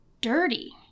dirty